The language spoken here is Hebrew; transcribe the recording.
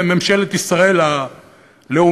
ממשלת ישראל הלאומית,